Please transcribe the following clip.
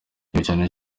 igihugu